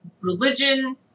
religion